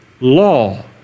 law